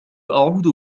أعود